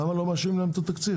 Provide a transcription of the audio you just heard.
למה לא מאשרים להן את התקציב?